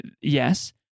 Yes